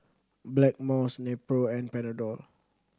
Blackmores Nepro and Panadol